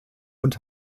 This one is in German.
und